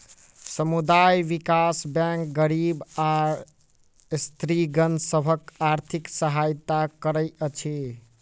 समुदाय विकास बैंक गरीब आ स्त्रीगण सभक आर्थिक सहायता करैत अछि